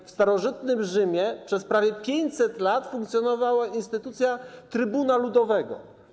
W starożytnym Rzymie przez prawie 500 lat funkcjonowała instytucja trybuna ludowego.